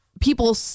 people